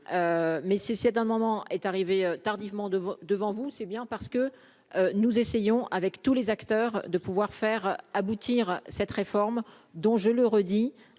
mais ceci est un moment est arrivé tardivement de devant vous, c'est bien parce que nous essayons, avec tous les acteurs de pouvoir faire aboutir cette réforme dont, je le redis,